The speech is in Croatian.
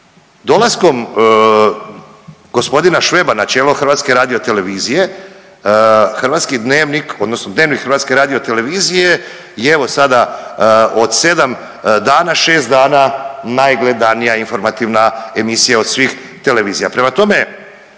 Dolaskom g. Šveba na čelo HRT-a hrvatski Dnevnik odnosno Dnevnik HRT-a je evo sada od sedam dana šest dana najgledanija informativna emisija od svih televizija.